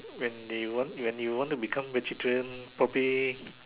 when they want when you want to become vegetarian probably